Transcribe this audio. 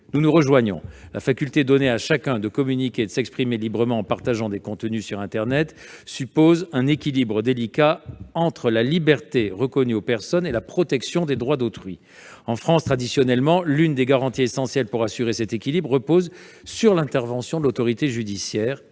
nous nous rejoignons : la faculté donnée à chacun de communiquer et de s'exprimer librement en partageant des contenus sur internet suppose un équilibre délicat entre la liberté reconnue aux personnes et la protection des droits d'autrui ; en France, traditionnellement, l'une des garanties essentielles pour assurer cet équilibre repose sur l'intervention de l'autorité judiciaire.